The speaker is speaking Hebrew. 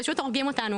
פשוט הורגים אותנו,